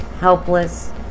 helpless